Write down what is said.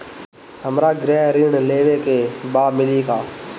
हमरा गृह ऋण लेवे के बा मिली का?